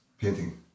Painting